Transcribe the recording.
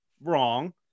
wrong